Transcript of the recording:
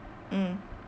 mm